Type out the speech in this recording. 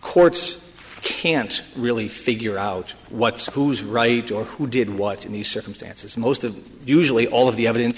courts can't really figure out what's who's right or who did what in these circumstances most of usually all of the evidence